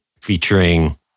featuring